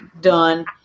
Done